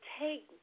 take